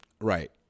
right